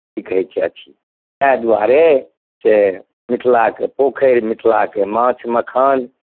की कहै छै अथी ताहि दुआरे से मिथिलाके पोखरि मिथिलाके माछ मखान